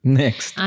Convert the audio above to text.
next